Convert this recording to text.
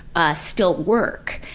ah, still work.